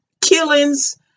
killings